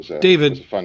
David